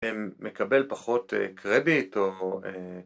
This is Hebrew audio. מקבל פחות קרדיט או